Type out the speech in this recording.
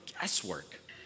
guesswork